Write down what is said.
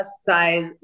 size